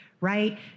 Right